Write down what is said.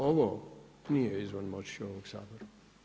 Ovo, nije izvan moći ovog Sabora.